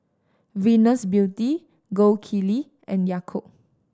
Venus Beauty Gold Kili and Yakult